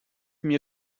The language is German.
mir